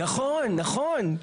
נכון, נכון.